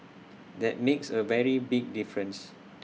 that makes A very big difference